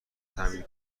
تعمیر